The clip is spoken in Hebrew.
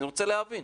אני רוצה להבין?